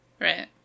Right